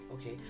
okay